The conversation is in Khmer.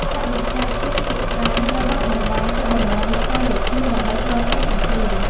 ថវិកាជាតិភាគច្រើនត្រូវបានបង្វែរទៅបម្រើវិស័យយោធាដើម្បីទ្រទ្រង់សង្គ្រាម។